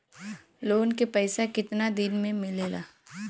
Loan के पैसा कितना दिन मे मिलेला?